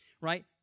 right